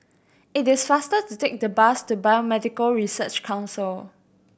it is faster to take the bus to Biomedical Research Council